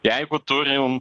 jeigu turim